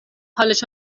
حالش